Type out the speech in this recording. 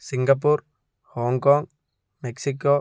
Singapore Hong Kong Mexico